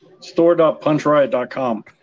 store.punchriot.com